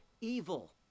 evil